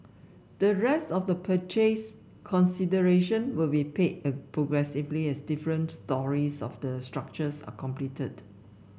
the rest of the purchase consideration will be paid progressively as different storeys of the structures are completed